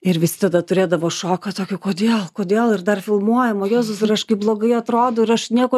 ir visi tada turėdavo šoką tokį kodėl kodėl ir dar filmuojam o jėzus ir aš kaip blogai atrodau ir aš nieko